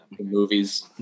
movies